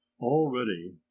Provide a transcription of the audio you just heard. already